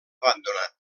abandonat